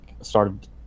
started